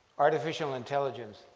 artificial intelligence.